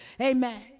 Amen